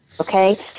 okay